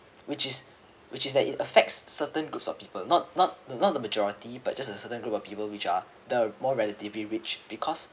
which is which is that it affects certain groups of people not not not the majority but just a certain group of people which are the more relatively rich because